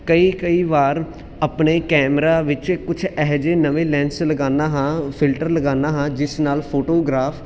ਕਈ ਕਈ ਵਾਰ ਆਪਣੇ ਕੈਮਰਾ ਵਿੱਚ ਕੁਛ ਇਹੋ ਜਿਹੇ ਨਵੇਂ ਲੈਂਸ ਲਗਾਉਂਦਾ ਹਾਂ ਫਿਲਟਰ ਲਗਾਉਂਦਾ ਹਾਂ ਜਿਸ ਨਾਲ ਫੋਟੋਗਰਾਫ